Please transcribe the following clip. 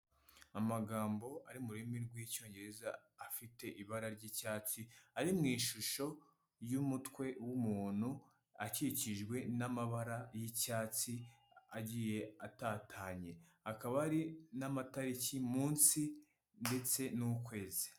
Amagambo ari mu rurimi rw'icyongereza afite ibara ry'icyatsi, ari mu ishusho y'umutwe w'umuntu, akikijwe n'amabara y'icyatsi agiye atatanye, akaba ari n'amatariki munsi ndetse n'ukwezi.